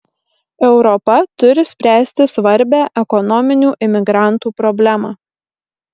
europa turi spręsti svarbią ekonominių imigrantų problemą